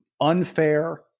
unfair